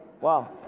wow